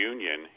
Union